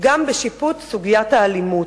גם בשיפוט סוגיית האלימות,